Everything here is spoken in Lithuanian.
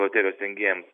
loterijos rengėjams